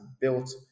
built